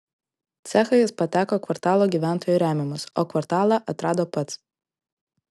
cechą jis pateko kvartalo gyventojų remiamas o kvartalą atrado pats